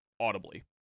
audibly